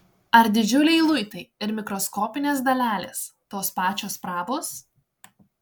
ar didžiuliai luitai ir mikroskopinės dalelės tos pačios prabos